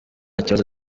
kibazo